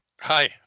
Hi